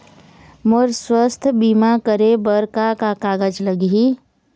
मोर स्वस्थ बीमा करे बर का का कागज लगही?